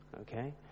Okay